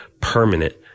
permanent